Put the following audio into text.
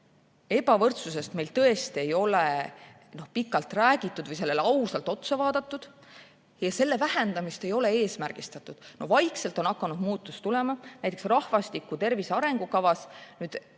ebavõrdsusest meil tõesti ei ole pikalt räägitud või sellele ausalt otsa vaadatud ja selle vähendamist ei ole eesmärgistatud, siis vaikselt on hakanud muutus tulema. Näiteks, viimases rahvastiku tervise arengukavas